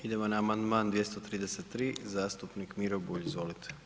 Idemo na amandman 233. zastupnik Miro Bulj, izvolite.